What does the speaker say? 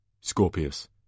Scorpius